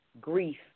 grief